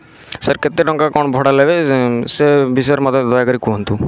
sir କେତେ ଟଙ୍କା କ'ଣ ଭଡ଼ା ନେବେ ସେ ବିଷୟରେ ମୋତେ ଦୟାକରି କୁହନ୍ତୁ